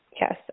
yes